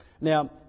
Now